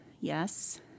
Yes